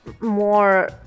more